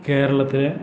കേരളത്തിലെ